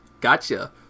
Gotcha